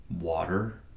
water